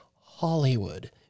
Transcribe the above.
Hollywood